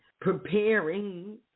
preparing